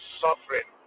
suffering